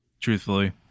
Truthfully